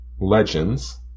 Legends